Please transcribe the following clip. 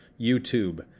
YouTube